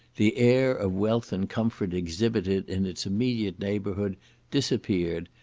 the air of wealth and comfort exhibited in its immediate neighbourhood disappeared,